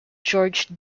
george